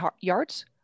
yards